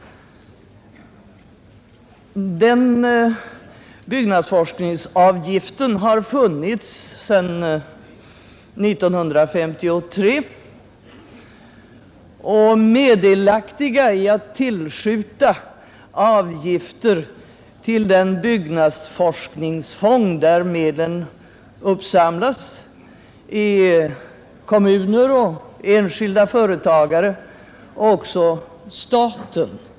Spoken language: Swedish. Denna avgift har funnits sedan 1953, och meddelaktiga i att tillskjuta avgifter till den byggnadsforskningsfond där medlen uppsamlas är kommuner, enskilda företagare och även staten.